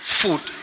food